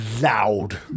loud